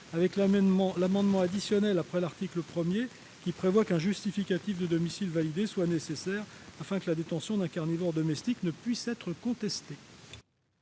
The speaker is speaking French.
article additionnel après l'article 1 qui tend à prévoir qu'un justificatif de domicile validé est nécessaire afin que la détention d'un animal carnivore domestique ne puisse être contestée.